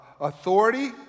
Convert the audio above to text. authority